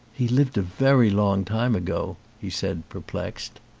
he lived a very long time ago, he said, per plexed.